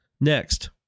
Next